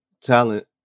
talent